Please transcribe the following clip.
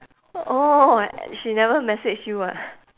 orh she never message you ah